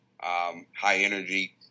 high-energy